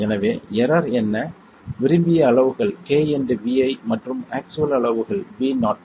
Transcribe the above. எனவே எரர் என்ன விரும்பிய அளவுகள் kVi மற்றும் ஆக்சுவல் அளவுகள் Vo